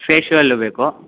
ಫೇಶ್ವಲ್ಲು ಬೇಕು